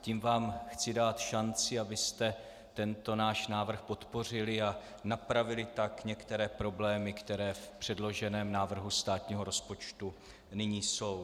Tím vám chci dát šanci, abyste tento náš návrh podpořili a napravili tak některé problémy, které v předloženém návrhu státního rozpočtu nyní jsou.